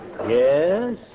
Yes